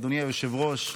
אדוני היושב-ראש.